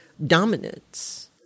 dominance